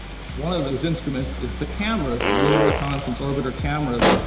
one of those instruments is the cameras. the lunar reconnaissance orbiter cameras,